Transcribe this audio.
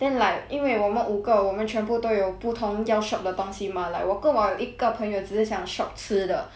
then like 因为我们五个我们全部都有不同要 shop 的东西 mah like 我跟我一个朋友只是想 shop 吃的